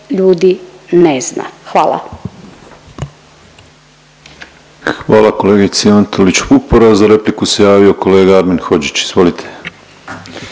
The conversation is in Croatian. ljudi ne zna. Hvala.